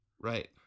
Right